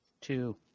two